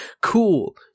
cool